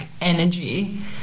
energy